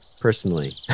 personally